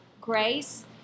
grace